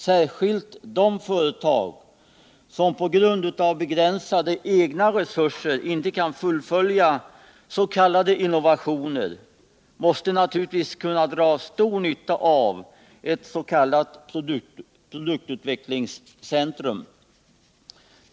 Särskilt de företag som på grund av begränsade egna resurser inte kan fullfölja s.k. innovationer måste naturligtvis kunna dra stor nytta av ett s.k. produktutvecklingscentrum.